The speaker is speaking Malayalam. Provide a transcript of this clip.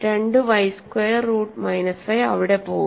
2 y സ്ക്വയർ റൂട്ട് മൈനസ് 5 അവിടെ പോകുന്നു